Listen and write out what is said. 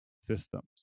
systems